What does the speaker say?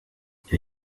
icyo